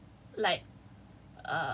then I thought macam I think